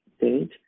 date